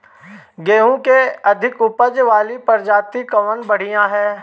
गेहूँ क अधिक ऊपज वाली प्रजाति कवन बढ़ियां ह?